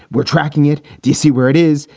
we're tracking it. d c, where it is.